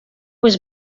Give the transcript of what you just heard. was